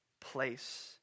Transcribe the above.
place